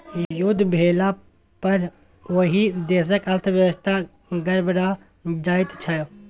युद्ध भेलापर ओहि देशक अर्थव्यवस्था गड़बड़ा जाइत छै